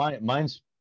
mine's